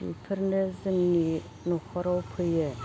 बिफोरनो जोंनि न'खराव फैयो